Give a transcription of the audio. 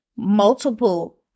multiple